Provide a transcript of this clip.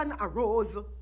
arose